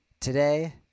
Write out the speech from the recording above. Today